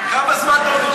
כמה זמן אתה עוד רוצה?